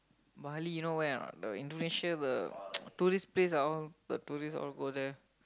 Bali you know where or not the Indonesia the tourist place ah all the tourist all go there